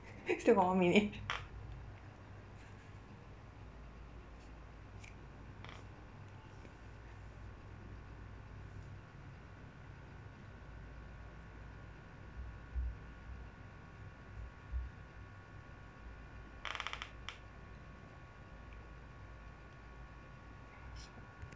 still got one minute